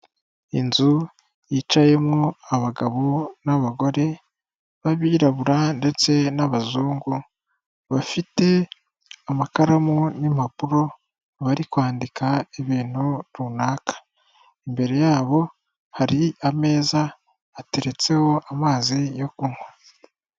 Inzu yicayemo abagabo n'abagore b'abirabura ndetse n'abazungu bafite amakaramu n'impapuro bari kwandika ibintu runaka, imbere yabo hari ameza ateretseho amazi yo kunywa.